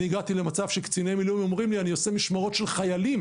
הגעתי למצב שקציני מילואים אומרים לי: אני עושה משמרות של חיילים